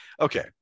Okay